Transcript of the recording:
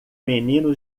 menino